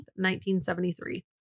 1973